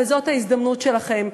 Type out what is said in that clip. וזאת ההזדמנות שלכם.